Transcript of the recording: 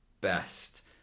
best